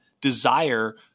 desire